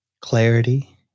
Clarity